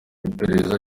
iperereza